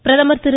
பிரதமர் திரு